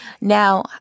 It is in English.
Now